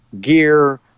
gear